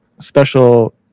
special